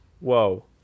Whoa